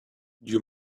you